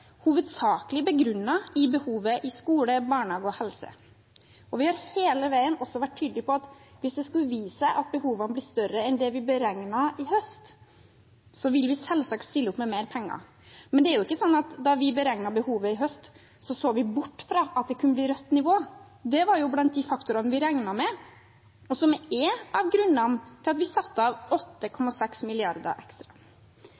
hovedsakelig begrunnet i behovet i skole, barnehage og helse. Vi har hele veien også vært tydelige på at hvis det skulle vise seg at behovene blir større enn det vi beregnet i høst, vil vi selvsagt stille opp med mer penger. Men det er jo ikke sånn at da vi beregnet behovet i høst, så vi bort fra at det kunne bli rødt nivå. Det var blant de faktorene vi regnet med, og som er en av grunnene til at vi satte av